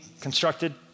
constructed